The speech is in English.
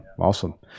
Awesome